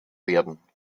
werden